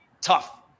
tough